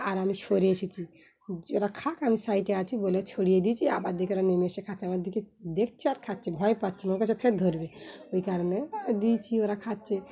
আর আমি সরে এসেছি যে ওরা খাক আমি বলে ছড়িয়ে দিয়েছি আবার দিকে ওরা নেমে এসে খাচ্ছে আমার দিকে দেখছে আর খাচ্ছে ভয় পাচ্ছে ম ও কাছে ফের ধরবে ওই কারণে দিয়েছি ওরা খাচ্ছে